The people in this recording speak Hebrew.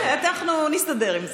אנחנו נסתדר עם זה.